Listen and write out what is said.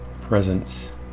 presence